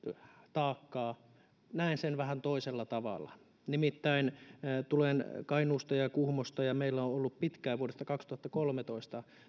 taakkaa näen sen vähän toisella tavalla nimittäin tulen kainuusta ja ja kuhmosta ja meillä on on ollut pitkään vuodesta kaksituhattakolmetoista